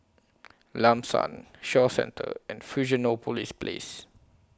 Lam San Shaw Centre and Fusionopolis Place